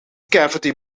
cavity